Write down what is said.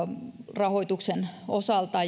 rahoituksen osalta